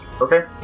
Okay